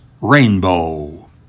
Rainbow